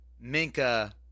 Minka